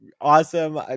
awesome